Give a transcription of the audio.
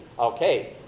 Okay